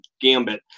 gambit